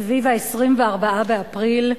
סביב ה-24 באפריל,